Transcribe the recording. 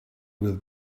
with